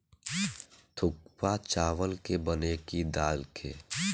थुक्पा चावल के बनेला की दाल के?